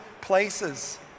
places